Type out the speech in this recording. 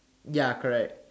ya correct